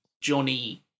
Johnny